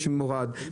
יש מורד,